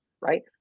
right